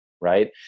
Right